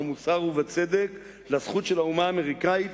במוסר ובצדק לזכות של האומה האמריקנית